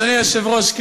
אדוני היושב-ראש,